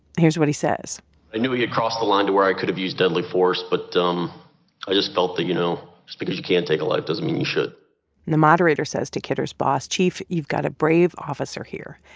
here's what he says i knew he had crossed the line to where i could have used deadly force. but um i just felt that, you know, just because you can take a life doesn't mean you should the moderator says to kidder's boss, chief, you've got a brave officer here.